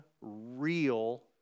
real